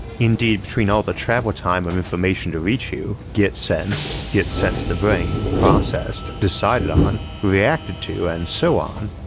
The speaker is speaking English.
indeed, between all the travel time of information to reach you, get sensed, get sent to the brain, processed, decided on, reacted to and so on,